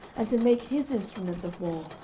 and to make his instruments of war,